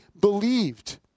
believed